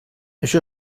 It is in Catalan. això